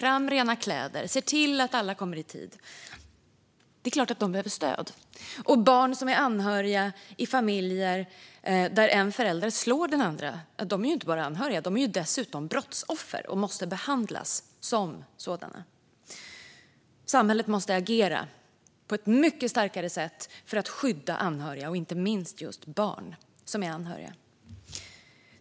De lägger rena kläder och ser till att alla kommer i tid. Det är klart att de behöver stöd. Barn i familjer där en förälder slår den andra är inte bara anhöriga. De är dessutom brottsoffer och måste behandlas som sådana. Samhället måste agera på ett mycket starkare sätt för att skydda anhöriga och inte minst just barn som är anhöriga.